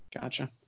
Gotcha